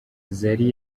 zari